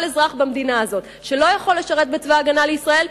כל אזרח במדינה הזו שלא יכול לשרת בצבא-הגנה לישראל,